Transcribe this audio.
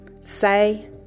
say